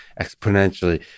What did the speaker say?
Exponentially